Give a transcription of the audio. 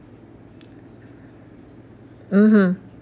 mmhmm